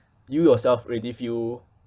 you yourself already feel